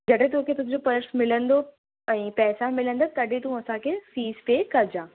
जॾहिं तोखे तुंहिंजो पर्स मिलंदो ऐं पैसा मिलंदा तॾहिं तू असांखे फीस पे कजां